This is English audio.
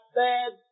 bad